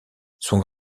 son